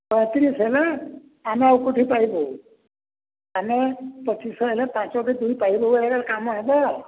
ସଇଁତିରିଶି ହେଲେ ଆମେ ଆଉ କେଉଁଠୁ ପାଇବୁ ଆମେ ପଚିଶି ଶହ ହେଲେ ପାଞ୍ଚ କେ ଦୁଇ ପାଇବୁ ବୋଲେ କାମ ହେବ